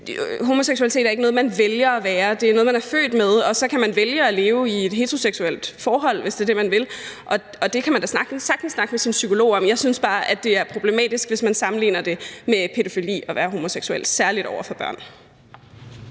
homoseksualitet ikke er noget, man vælger, det er noget, man er født med, og så kan man vælge at leve i et heteroseksuelt forhold, hvis det er det, man vil. Og det kan man da sagtens snakke med sin psykolog om. Jeg synes bare, at det er problematisk, hvis man sammenligner det at være homoseksuel med pædofili, særligt over for børn.